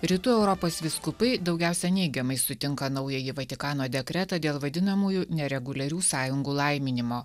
rytų europos vyskupai daugiausia neigiamai sutinka naująjį vatikano dekretą dėl vadinamųjų nereguliarių sąjungų laiminimo